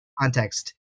context